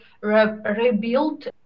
rebuilt